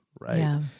right